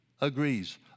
agrees